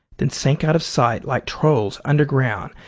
then sank out of sight like trolls underground,